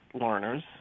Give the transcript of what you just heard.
learners